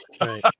Right